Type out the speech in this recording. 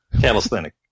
Calisthenic